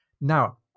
now